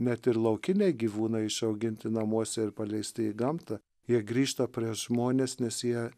net ir laukiniai gyvūnai išauginti namuose ir paleisti į gamtą jie grįžta prie žmones nes jie